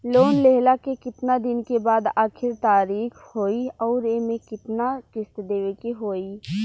Loan लेहला के कितना दिन के बाद आखिर तारीख होई अउर एमे कितना किस्त देवे के होई?